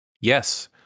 Yes